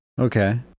Okay